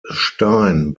stein